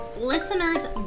listeners